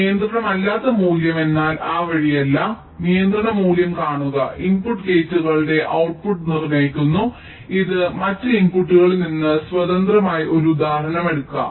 നിയന്ത്രിതമല്ലാത്ത മൂല്യം എന്നാൽ ആ വഴിയല്ല നിയന്ത്രണ മൂല്യം കാണുക ഇൻപുട്ട് ഗേറ്റുകളുടെ ഔട്ട്പുട്ട് നിർണ്ണയിക്കുന്നു മറ്റ് ഇൻപുട്ടുകളിൽ നിന്ന് സ്വതന്ത്രമായി ഒരു ഉദാഹരണം എടുക്കുക